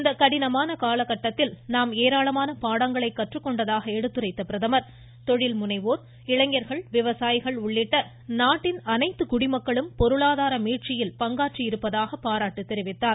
இந்த கடினமான கால கட்டத்தில் நாம் ஏராளமான பாடங்களை கற்றுக்கொண்டதாக எடுத்துரைத்த பிரதமர் தொழில்முனைவோர் இளைஞ்கள் விவசாயிகள் உள்ளிட்ட நாட்டின் அனைத்து குடிமக்களும் பொருளாதார மீட்சியில் பங்காற்றியிருப்பதாக பாராட்டு தெரிவித்தார்